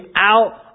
out